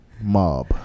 Mob